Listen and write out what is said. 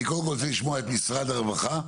אני קודם כל רוצה לשמוע את משרד הרווחה,